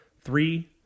Three